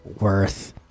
worth